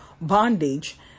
bondage